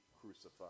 crucified